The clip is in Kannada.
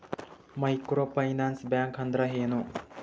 ಮೈಕ್ರೋ ಫೈನಾನ್ಸ್ ಬ್ಯಾಂಕ್ ಅಂದ್ರ ಏನು?